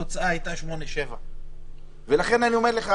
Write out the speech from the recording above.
התוצאה הייתה 8:7. לכן אני אומר לך,